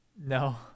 No